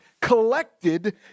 collected